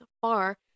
far